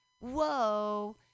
whoa